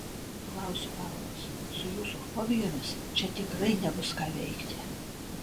klausiu auros su jūsų fobijomis čia tikrai nebus ką veikti